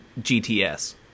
GTS